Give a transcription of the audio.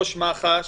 כמפקד מחוז ירושלים,